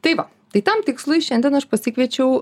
tai va tai tam tikslui šiandien aš pasikviečiau